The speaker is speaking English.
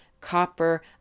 copper